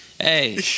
Hey